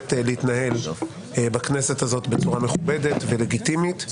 היכולת להתנהל בכנסת הזאת בצורה מכובדת ולגיטימית.